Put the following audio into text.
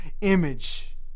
image